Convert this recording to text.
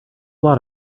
lot